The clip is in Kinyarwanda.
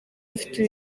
mfite